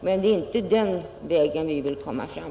Men det är inte den vägen vi vill komma fram.